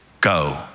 go